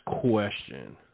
question